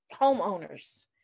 homeowners